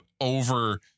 over